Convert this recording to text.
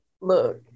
Look